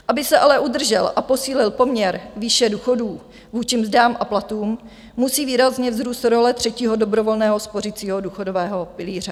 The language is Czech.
Aby se ale udržel a posílil poměr výše důchodů vůči mzdám a platům, musí výrazně vzrůst role třetího dobrovolného spořicího důchodového pilíře.